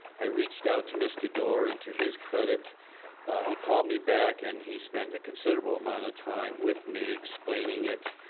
i reached out to mr. doar and to his credit he called me back and he spent a considerable amount of time with me explaining it